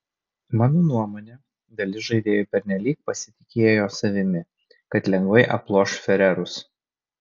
mano nuomone dalis žaidėjų pernelyg pasitikėjo savimi kad lengvai aploš farerus